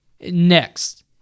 Next